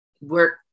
work